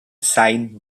sign